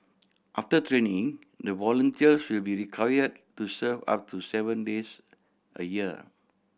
after training the volunteers will be required to serve up to seven days a year